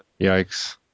Yikes